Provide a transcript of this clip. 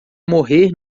morrer